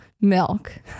milk